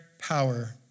power